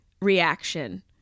reaction